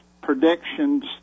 predictions